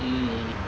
mm